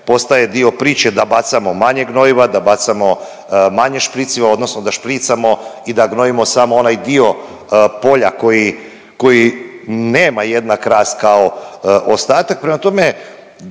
postaje dio priče da bacamo manje gnojiva, da bacamo manje špriciva odnosno da špricamo i da gnojimo samo onaj dio polja koji, koji nema jednak rast kao ostatak.